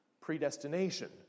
predestination